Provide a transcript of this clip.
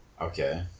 okay